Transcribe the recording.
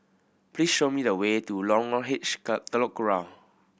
please show me the way to Lorong H Telok Kurau